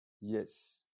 yes